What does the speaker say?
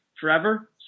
forever